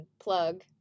Plug